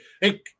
Hey